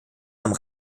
einem